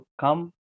come